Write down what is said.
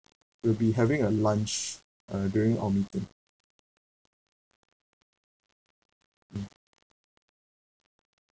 will be having a lunch uh during our meeting mm